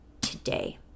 today